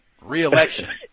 re-election